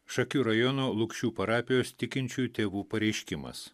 šakių rajono lukšių parapijos tikinčiųjų tėvų pareiškimas